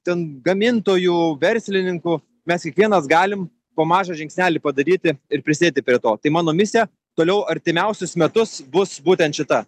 ten gamintojų verslininkų mes kiekvienas galim po mažą žingsnelį padaryti ir prisidėti prie to tai mano misija toliau artimiausius metus bus būtent šita